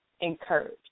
encourage